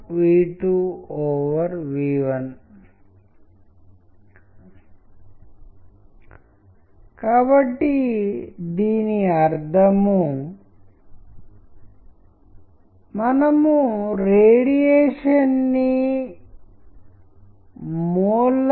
దీని అర్థం గురించి మీకు ఒక ప్రత్యేక అవగాహన ఉంది ఇప్పుడు మీరు ఈ చిత్రాన్ని అర్థం చేసుకునే విధానం చాలా భిన్నంగా ఉంటుంది మీరు దానిని శోకం అని పిలిచినట్లయితే మరియు ఇది దీనికి వ్యక్తిగత అర్థాన్ని ఇస్తే మరియు ఇది వాన్ గోహ్ సోదరిVan Goghs sister అని మీరు చెప్పవచ్చు